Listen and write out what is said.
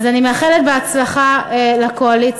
אז אני מאחלת הצלחה לקואליציה,